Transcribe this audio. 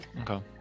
Okay